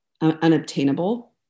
unobtainable